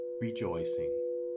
rejoicing